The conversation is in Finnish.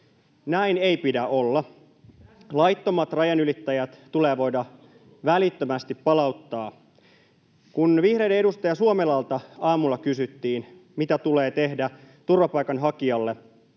tästä on kysymys!] Laittomat rajanylittäjät tulee voida välittömästi palauttaa. Kun vihreiden edustaja Suomelalta aamulla kysyttiin, mitä tulee tehdä turvapaikanhakijalle,